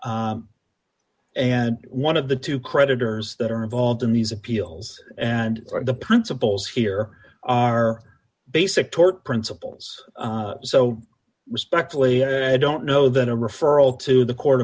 thanks and one of the two creditors that are involved in these appeals and the principles here are basic tort principles so respectfully i don't know that a referral to the court